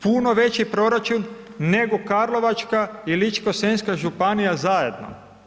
Puno veći proračun nego Karlovačka i Ličko-senjska županija zajedno.